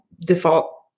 default